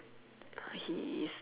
he is